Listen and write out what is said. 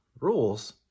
rules